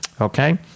okay